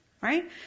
Right